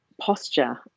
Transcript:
posture